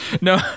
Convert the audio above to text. no